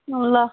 ल